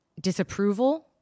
disapproval